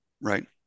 Right